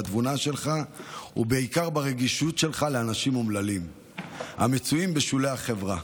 בתבונה שלך ובעיקר ברגישות שלך לאנשים אומללים המצויים בשולי החברה,